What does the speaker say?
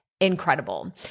incredible